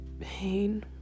pain